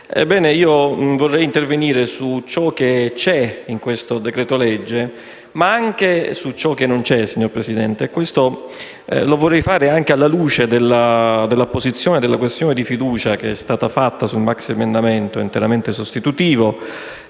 Io vorrei intervenire su ciò che c'è in questo decreto-legge, ma anche su ciò che non c'è, signor Presidente. Vorrei farlo anche alla luce dell'apposizione della fiducia sul maxiemendamento interamente sostitutivo,